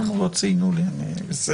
יש